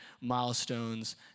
milestones